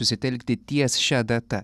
susitelkti ties šia data